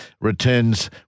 returns